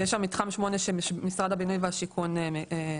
יש שם מתחם שמונה שמשרד הבינוי והשיכון מקדם.